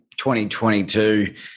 2022